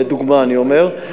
לדוגמה אני אומר,